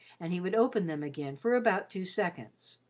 and he would open them again for about two seconds.